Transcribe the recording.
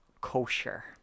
kosher